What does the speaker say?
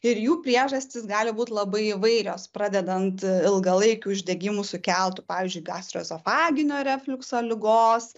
ir jų priežastys gali būt labai įvairios pradedant ilgalaikiu uždegimu sukeltu pavyzdžiui gastroezofaginio refliukso ligos